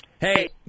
Hey